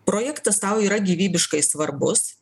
projektas tau yra gyvybiškai svarbus